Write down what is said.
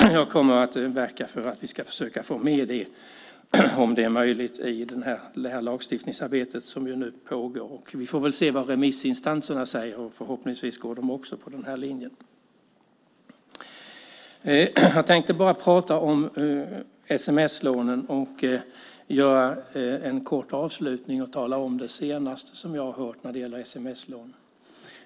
Jag kommer att verka för att vi ska försöka få med det om det är möjligt i det här lagstiftningsarbetet som nu pågår. Vi får väl se vad remissinstanserna säger. Förhoppningsvis går de också på den här linjen. Jag tänkte bara prata om sms-lånen och göra en kort avslutning och tala om det senaste som jag har hört när det gäller sms-lån.